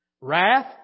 wrath